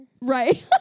Right